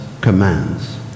commands